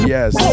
Yes